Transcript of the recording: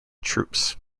troops